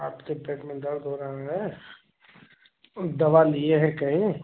आपके पेट में दर्द हो रहा है दवा ली है कहीं